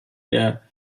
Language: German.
der